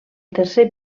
tercer